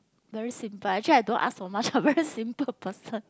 very simple actually I don't ask for much I very simple person